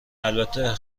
البته